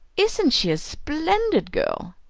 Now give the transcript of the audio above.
isn't she a splendid girl!